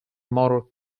motor